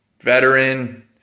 Veteran